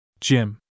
Jim